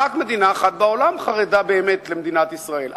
רק מדינה אחת בעולם חרדה באמת למדינת ישראל,